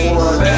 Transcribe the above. one